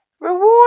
Reward